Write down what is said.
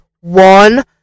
one